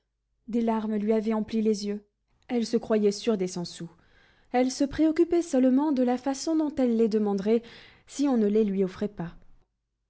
des larmes lui avaient empli les yeux elle se croyait sûre des cent sous elle se préoccupait seulement de la façon dont elle les demanderait si on ne les lui offrait pas